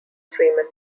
freeman